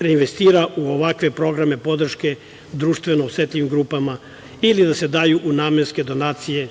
reinvestira u ovakve programe podrške društveno osetljivim grupama ili da se daju u namenske donacije